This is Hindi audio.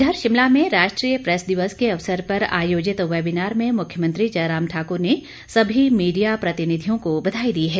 इधर शिमला में राष्ट्रीय प्रैस दिवस के अवसर पर आयोजित वेबिनार में मुख्यमंत्री जयराम ठाकुर ने सभी मीडिया प्रतिनिधियों को बधाई दी है